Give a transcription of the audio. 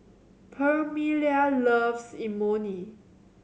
Permelia loves Imoni